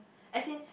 as in